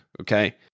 Okay